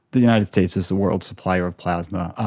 the united states is the world supplier of plasma.